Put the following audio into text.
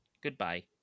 Goodbye